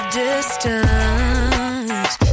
distance